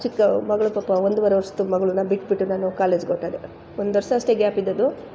ಚಿಕ್ಕ ಮಗಳು ಪಾಪ ಒಂದುವರೆ ವರ್ಷದ್ದು ಮಗಳನ್ನ ಬಿಟ್ಬಿಟ್ಟು ನಾನು ಕಾಲೇಜ್ಗೊರ್ಟೋದೆ ಒಂದು ವರ್ಷ ಅಷ್ಟೇ ಗ್ಯಾಪ್ ಇದ್ದದ್ದು